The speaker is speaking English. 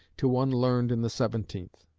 to one learned in the seventeenth.